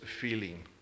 feeling